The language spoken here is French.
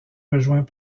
rejoints